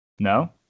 No